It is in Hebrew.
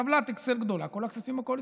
טבלת אקסל גדולה, כל הכספים הקואליציוניים.